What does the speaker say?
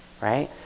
right